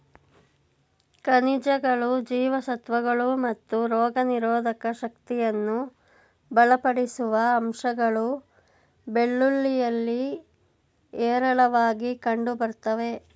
ಖನಿಜಗಳು ಜೀವಸತ್ವಗಳು ಮತ್ತು ರೋಗನಿರೋಧಕ ಶಕ್ತಿಯನ್ನು ಬಲಪಡಿಸುವ ಅಂಶಗಳು ಬೆಳ್ಳುಳ್ಳಿಯಲ್ಲಿ ಹೇರಳವಾಗಿ ಕಂಡುಬರ್ತವೆ